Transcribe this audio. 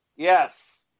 Yes